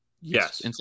Yes